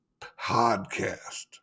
podcast